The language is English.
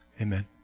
Amen